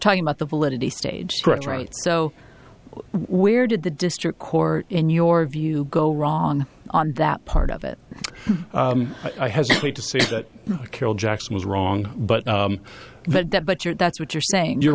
talking about the validity stage stretch right so where did the district court in your view go wrong on that part of it i hesitate to say that carole jackson was wrong but but that but your that's what you're saying you're